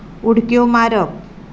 उडक्यो मारप